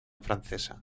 francesa